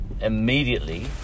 immediately